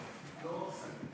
רפואי),